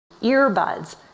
Earbuds